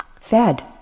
fed